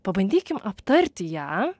pabandykim aptarti ją